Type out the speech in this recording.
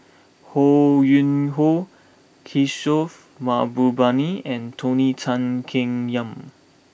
Ho Yuen Hoe Kishore Mahbubani and Tony Tan Keng Yam